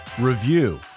review